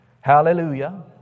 Hallelujah